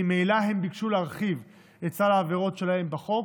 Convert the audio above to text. ממילא הם ביקשו להרחיב את סל העבירות שלהם בחוק,